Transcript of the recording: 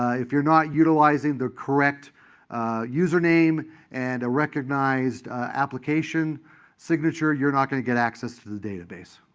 ah if you're not utilizing the correct username and a recognized application signature, you're not going to get access to the database.